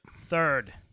third